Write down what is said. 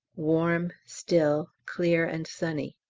warm, still, clear and sunny.